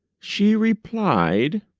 she replied,